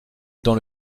dans